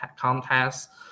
contests